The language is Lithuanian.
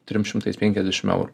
trim šimtais penkiasdešimt eurų